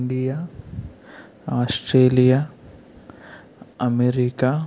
India Australia America